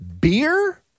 Beer